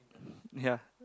ya